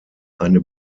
eine